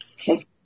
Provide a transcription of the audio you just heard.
Okay